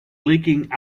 leaking